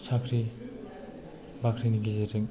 साख्रि बाख्रिनि गेजेरजों